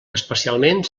especialment